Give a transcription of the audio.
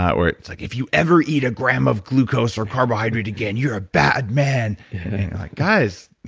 where it's like if you ever eat a gram of glucose or carbohydrate again you're a bad man guys,